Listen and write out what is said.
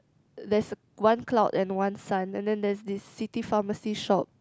there's a one cloud and one sun and then there's this city pharmacy shop